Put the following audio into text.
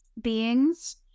beings